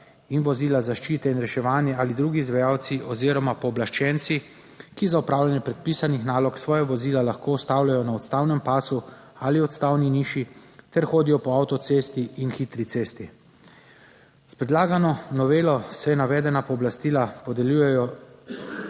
in vozila zaščite in reševanja ali drugi izvajalci oziroma pooblaščenci, ki za opravljanje predpisanih nalog svoja vozila lahko ustavljajo na odstavnem pasu ali odstavni niši ter hodijo po avtocesti in hitri cesti. S predlagano novelo se navedena pooblastila podeljujejo